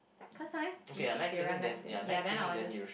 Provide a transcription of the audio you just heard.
cause sometimes G_Ps they run night clinic ya then I will just